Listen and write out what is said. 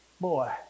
Boy